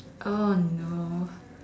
oh no